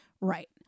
Right